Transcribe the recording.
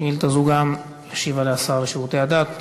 גם על השאילתה הזאת ישיב השר לשירותי דת.